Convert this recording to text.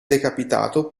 decapitato